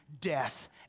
death